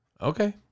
Okay